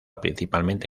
principalmente